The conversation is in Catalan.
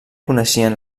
coneixien